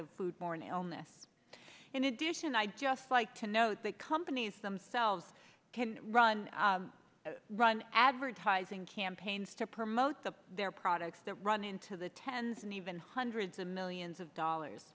of foodborne illness in addition i'd just like to note that companies themselves can run run advertising campaigns to promote the their products that run into the tens and even hundreds of millions of dollars